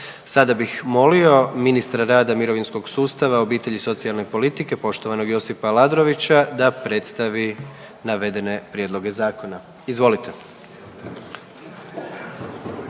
Sada bih molio ministra rada, mirovinskog sustava, obitelji i socijalne politike poštovanog Josipa Aladrovića da predstavi navedene prijedloge zakona. Izvolite.